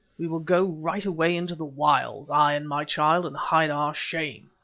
we will go right away into the wilds, i and my child, and hide our shame.